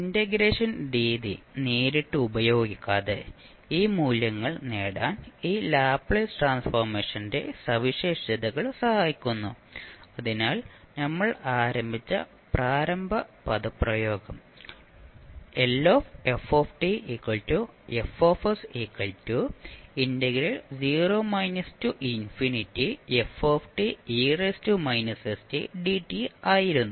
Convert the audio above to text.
integration രീതി നേരിട്ട് ഉപയോഗിക്കാതെ ഈ മൂല്യങ്ങൾ നേടാൻ ഈ ലാപ്ലേസ് ട്രാൻസ്ഫോർമേഷന്റെ സവിശേഷതകൾ സഹായിക്കുന്നു അതിനാൽ നമ്മൾ ആരംഭിച്ച പ്രാരംഭ പദപ്രയോഗം ആയിരുന്നു